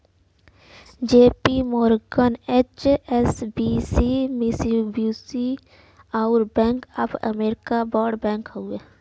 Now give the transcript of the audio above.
JP Morgan, HSBC, Mitsubishi, अउर bank of America बड़ bank हउवन